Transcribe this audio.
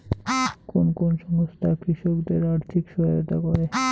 কোন কোন সংস্থা কৃষকদের আর্থিক সহায়তা করে?